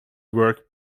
work